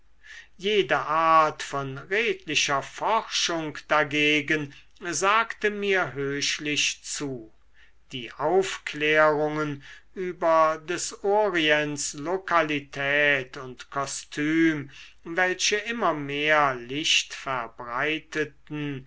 jede art von redlicher forschung dagegen sagte mir höchlich zu die aufklärungen über des orients lokalität und kostüm welche immer mehr licht verbreiteten